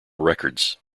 records